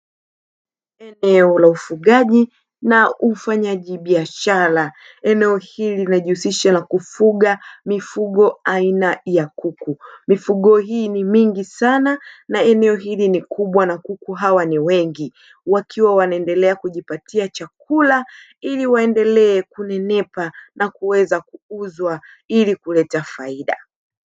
Eneo la ufugaji na ufanyaji biashara eneo hili linajihusisha na kufuga mifugo aina ya kuku mifugo hii ni mingi sana na eneo hili ni kubwa na kuku hawa ni wengi wakiwa wanaendelea kukupatia chakula ili waendelee kunenepa na kuweza kuuzwa ili kuleta faida.